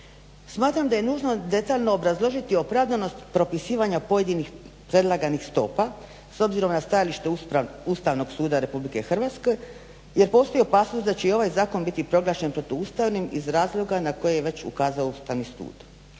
Smatram da je nužno detaljno obrazložiti opravdanost propisivanja pojedinih predlaganih stopa s obzirom na stajalište Ustavnog suda Republike Hrvatske jer postoji opasnost da će i ovaj zakon biti proglašen protuustavnim iz razloga na koje je već ukazao Ustavni sud.